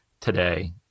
today